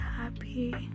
happy